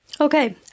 Okay